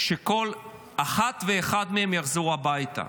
כשכל אחת ואחד מהם יחזרו הביתה.